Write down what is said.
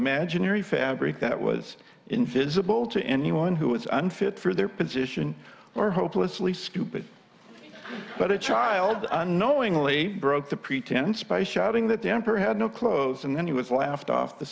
imaginary fabric that was invisible to anyone who was unfit for their position or hopelessly stupid but it child unknowingly broke the pretense by shouting that the emperor had no clothes and then he was laughed off the